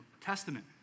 Testament